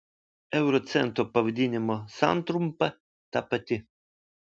euro cento pavadinimo santrumpa ta pati